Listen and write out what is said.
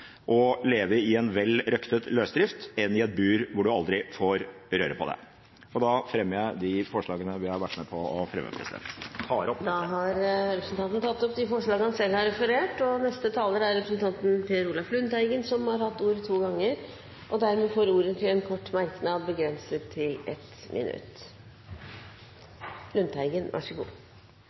i en vel røktet løsdrift enn i et bur hvor man aldri får røre på seg. Da tar jeg opp de forslagene vi har fremmet. Representanten Rasmus Hansen har tatt opp de forslagene han refererte til. Per Olaf Lundteigen har hatt ordet to ganger og får ordet til en kort merknad, begrenset til 1 minutt.